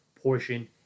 portion